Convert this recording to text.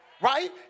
right